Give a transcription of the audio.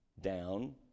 Down